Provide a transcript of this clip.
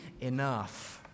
enough